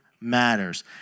matters